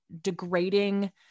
degrading